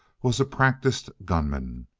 was a practiced gunman.